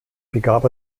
begab